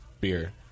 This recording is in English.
beer